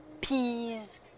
peas